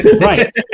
Right